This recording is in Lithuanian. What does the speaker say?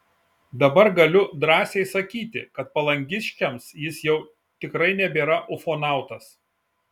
dabar galiu drąsiai sakyti kad palangiškiams jis jau tikrai nebėra ufonautas